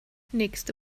nächste